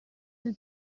del